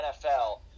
NFL